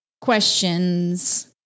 question's